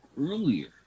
earlier